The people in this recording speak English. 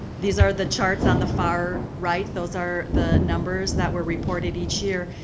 these are the charts on the far right. those are the numbers that were reported each year.